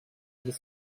his